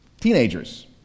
teenagers